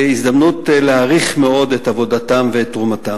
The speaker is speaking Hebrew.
והזדמנות להעריך מאוד את עבודתם ואת תרומתם.